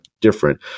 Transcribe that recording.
different